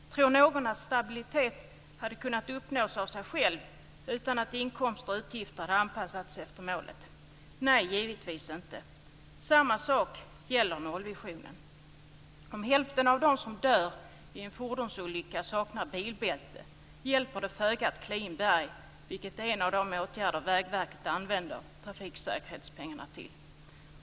Tror någon att stabilitet hade kunnat uppnås av sig självt utan att inkomster och utgifter hade anpassats efter målet? Nej, givetvis inte. Samma sak gäller nollvisionen. Om hälften av dem som dör i en fordonsolycka saknar bilbälte hjälper det föga att klä in berg, vilket är en av de åtgärder Vägverket använder trafiksäkerhetspengarna till.